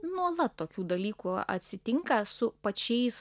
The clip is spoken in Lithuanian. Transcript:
nuolat tokių dalykų atsitinka su pačiais